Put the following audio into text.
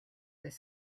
est